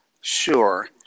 Sure